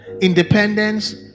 independence